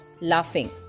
Laughing